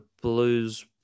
Blues